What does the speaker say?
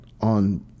on